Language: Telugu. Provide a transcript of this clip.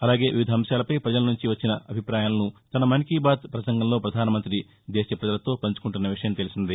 అలాగే వివిధ అంశాలపై ప్రజల నుంచి వచ్చిన అభిప్రాయాలను తన మన్ కీ బాత్ ప్రసంగంలో పధానమంతి దేశ ప్రజలతో పంచుకుంటున్న విషయం తెలిసిందే